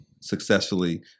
successfully